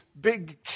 big